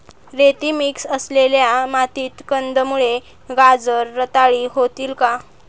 रेती मिक्स असलेल्या मातीत कंदमुळे, गाजर रताळी होतील का?